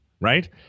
right